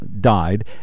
died